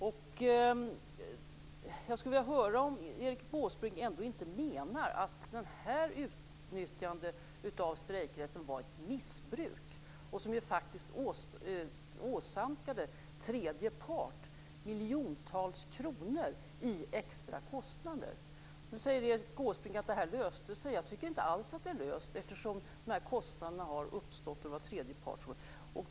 Jag skulle vilja höra om Erik Åsbrink ändå inte menar att detta utnyttjande av strejkrätten var ett missbruk som faktiskt åsamkade tredje part miljontals kronor i extra kostnader. Nu säger Erik Åsbrink att det här löste sig. Jag tycker inte alls att det är löst, eftersom de här kostnaderna för tredje part har uppstått.